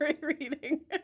reading